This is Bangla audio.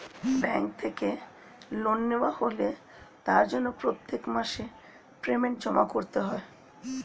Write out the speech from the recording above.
ব্যাঙ্ক থেকে লোন নেওয়া হলে তার জন্য প্রত্যেক মাসে পেমেন্ট জমা করতে হয়